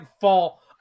fall